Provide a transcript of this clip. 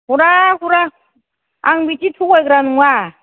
हरा हरा आं बिदि थगायग्रा नङा